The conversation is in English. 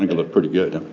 look pretty good,